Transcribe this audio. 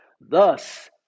Thus